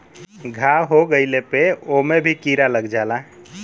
घाव हो गइले पे ओमे भी कीरा लग जाला